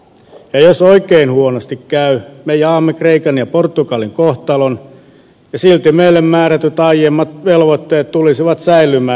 ja jos oikein huonosti käy me jaamme kreikan ja portugalin kohtalon ja silti meille määrätyt aiemmat velvoitteet tulisivat säilymään